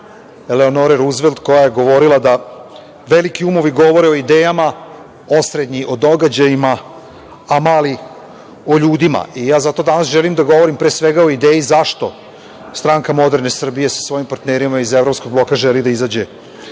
Eleonore Ruzvelt koja je govorila: „Veliki umovi govore o idejama, osrednji o događajima, a mali o ljudima“. Zato danas želim da govorim, pre svega, o ideji zašto SMS sa svojim partnerima iz evropskog bloka želi da izađe